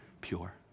pure